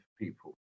people